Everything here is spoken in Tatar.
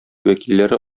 вәкилләре